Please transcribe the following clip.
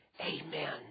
Amen